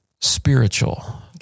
spiritual